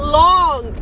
long